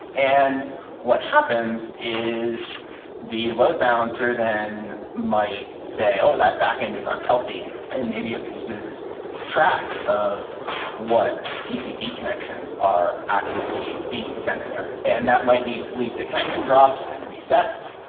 and what happens is the load balancer then might say, oh, that backend is unhealthy, and maybe it loses track of what tcp connections are actively being sent there. and that might lead to connection drops and resets.